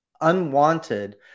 unwanted